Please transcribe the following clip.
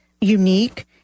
unique